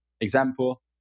example